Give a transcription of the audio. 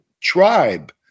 tribe